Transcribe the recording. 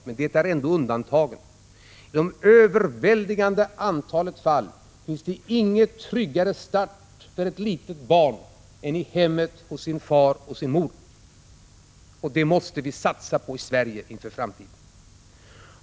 Men det är ändå undantag. I det överväldigande antalet fall finns det ingen tryggare start för ett litet barn än i hemmet hos sin far och sin mor — och det måste vi satsa på i Sverige inför framtiden.